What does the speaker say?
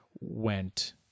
went